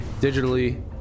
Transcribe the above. digitally